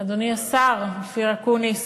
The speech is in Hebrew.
אדוני השר אופיר אקוניס,